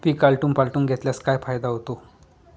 पीक आलटून पालटून घेतल्यास काय फायदा होतो?